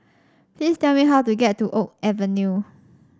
please tell me how to get to Oak Avenue